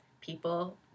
People